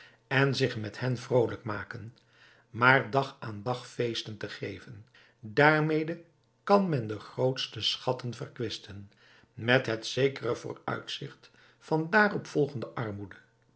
en zich met hen vrolijk maken maar dag aan dag feesten te geven daarmede kan men de grootste schatten verkwisten met het zekere vooruitzigt van daarop volgende armoede